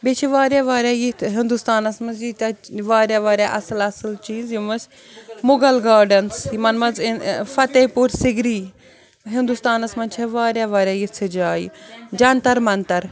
بیٚیہِ چھِ واریاہ واریاہ یِتھ ہِنٛدُستانَس منٛز ییٖتیاہ واریاہ واریاہ اَصٕل اَصٕل چیٖز یِم أسۍ مُغل گارڈنَس یِمَن منٛز فتح پوٗر سِگری ہِنٛدُستانَس منٛز چھےٚ واریاہ واریاہ یِژھٕ جایہِ جَنتَر منتَر